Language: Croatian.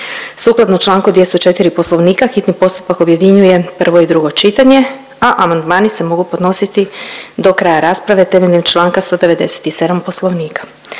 Sukladno čl. 204. Poslovnika hitni postupak objedinjuje prvo i drugo čitanje, a amandmani se mogu podnositi do kraja rasprave temeljem čl. 197. Poslovnika.